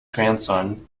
grandson